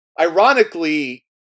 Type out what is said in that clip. Ironically